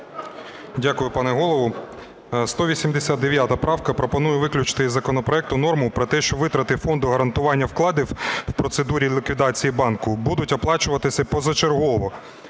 Дякую, пане Голово. 189 правка, пропоную виключити із законопроекту норму про те, що витрати Фонду гарантування вкладів в процедурі ліквідації банку будуть оплачуватися позачергово.